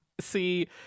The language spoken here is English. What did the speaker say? see